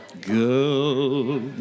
Girl